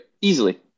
easily